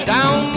Down